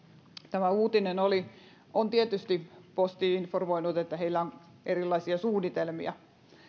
tämä uutinen oli on tietysti posti informoinut että heillä on erilaisia suunnitelmia